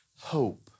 hope